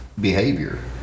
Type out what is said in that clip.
behavior